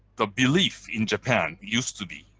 the belief in japan used to be,